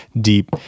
deep